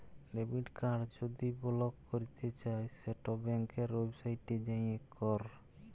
debit card যদি block ক্যরতে চাই সেট ব্যাংকের ওয়েবসাইটে যাঁয়ে ক্যর